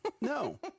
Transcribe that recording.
no